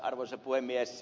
arvoisa puhemies